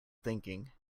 thinking